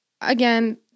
again